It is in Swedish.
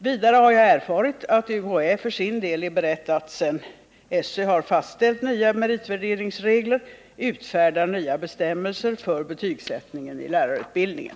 Vidare har jag erfarit att UHÄ för sin del är berett att — sedan SÖ fastställt nya meritvärderingsregler — utfärda nya bestämmelser för betygsättningen i lärarutbildningen.